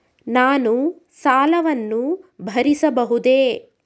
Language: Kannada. ನಾನು ಸಾಲವನ್ನು ಭರಿಸಬಹುದೇ?